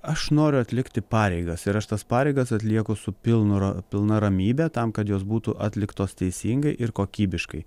aš noriu atlikti pareigas ir aš tas pareigas atlieku su pilnu pilna ramybe tam kad jos būtų atliktos teisingai ir kokybiškai